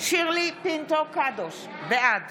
שירלי פינטו קדוש, בעד